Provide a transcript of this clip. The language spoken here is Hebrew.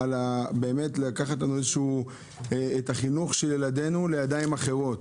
להעביר את החינוך של ילדינו לידיים אחרות.